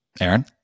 Aaron